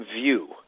view